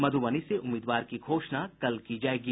मधुबनी से उम्मीदवार की घोषणा कल की जायेगी